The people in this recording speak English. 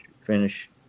finish